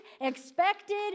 expected